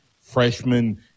freshman